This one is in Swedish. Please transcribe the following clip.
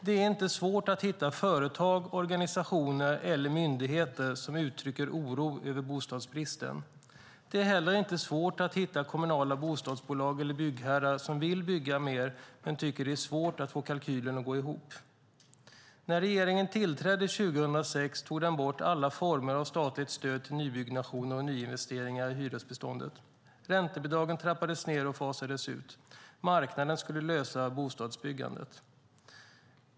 Det är inte svårt att hitta företag, organisationer eller myndigheter som uttrycker oro över bostadsbristen. Det är inte heller svårt att hitta kommunala bostadsbolag eller byggherrar som vill bygga mer men tycker att det är svårt att få kalkylen att gå ihop. När regeringen tillträdde 2006 tog den bort alla former av statligt stöd till nybyggnation och nyinvesteringar i hyresbeståndet. Räntebidragen trappades ned och fasades ut, marknaden skulle lösa bostadsbyggandet.